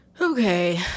okay